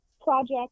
project